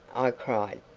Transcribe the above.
i cried.